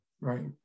right